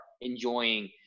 enjoying